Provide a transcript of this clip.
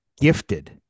gifted